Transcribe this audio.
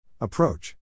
approach